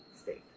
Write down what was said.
state